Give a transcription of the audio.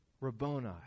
Rabboni